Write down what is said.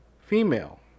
female